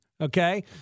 Okay